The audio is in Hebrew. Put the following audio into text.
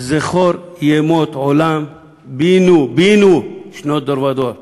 "זכֹר ימות עולם בִּינוּ" בינו, "שנות דור ודור".